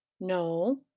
No